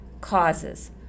Causes